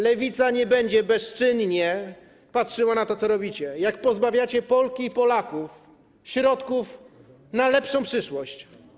Lewica nie będzie bezczynnie patrzyła na to, co robicie, jak pozbawiacie Polki i Polaków środków na lepszą przyszłość.